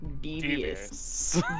devious